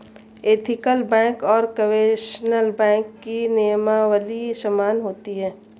ethical bank और conventional bank की नियमावली समान होती है